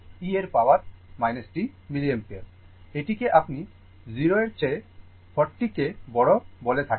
এটাকে আপনি 0 এর চেয়ে 40 কে বড় বলে থাকেন